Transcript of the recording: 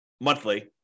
monthly